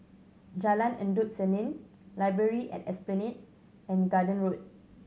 Jalan Endut Senin Library at Esplanade and Garden Road